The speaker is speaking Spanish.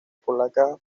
polaca